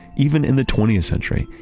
even in the twentieth century,